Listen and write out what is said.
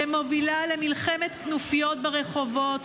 שמובילה למלחמת כנופיות ברחובות,